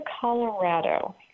Colorado